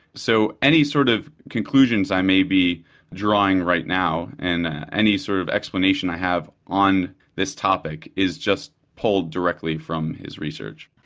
so any sort of conclusions i may be drawing right now and any sort of explanation i have on this topic, is just polled directly from his research.